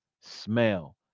smell